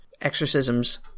exorcisms